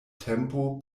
tempo